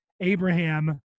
Abraham